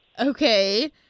Okay